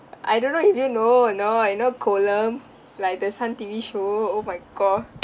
I don't know if you know or not you know kolam like the sun T_V show oh my god